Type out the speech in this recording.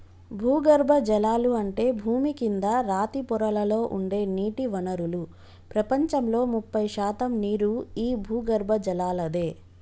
భూగర్బజలాలు అంటే భూమి కింద రాతి పొరలలో ఉండే నీటి వనరులు ప్రపంచంలో ముప్పై శాతం నీరు ఈ భూగర్బజలలాదే